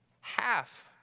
Half